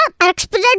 expert